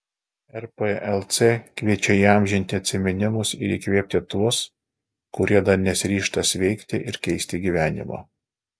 rplc kviečia įamžinti atsiminimus ir įkvėpti tuos kurie dar nesiryžta sveikti ir keisti gyvenimo